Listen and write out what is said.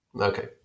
Okay